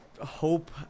hope